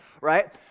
right